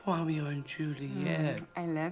romeo and juliet. and